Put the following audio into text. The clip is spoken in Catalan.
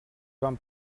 van